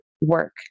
work